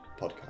podcast